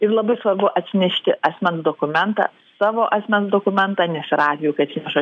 ir labai svarbu atsinešti asmens dokumentą savo asmens dokumentą nes yra atvejų kai atsineša